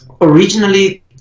originally